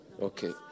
Okay